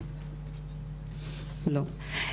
לא.